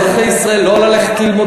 אני קורא לאזרחי ישראל לא ללכת ללמוד